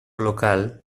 local